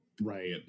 Right